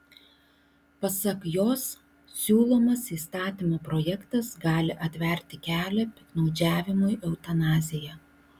pasak jos siūlomas įstatymo projektas gali atverti kelią piktnaudžiavimui eutanazija